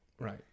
Right